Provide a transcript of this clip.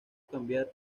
cambiar